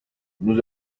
nous